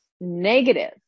negative